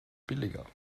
billiger